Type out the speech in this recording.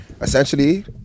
essentially